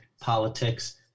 politics